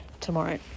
tomorrow